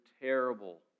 terrible